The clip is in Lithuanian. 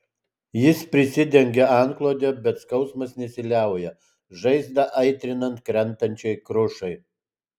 jis prisidengia antklode bet skausmas nesiliauja žaizdą aitrinant krentančiai krušai